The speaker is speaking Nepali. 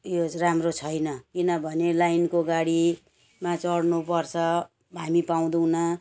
यो चाहिँ राम्रो छैन किनभने लाइनको गाडीमा चढ्नुपर्छ हामी पाउँदौन